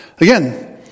Again